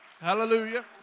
Hallelujah